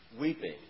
weeping